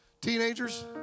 teenagers